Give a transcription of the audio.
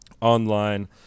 online